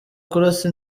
kurasa